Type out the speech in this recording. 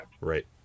right